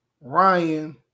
Ryan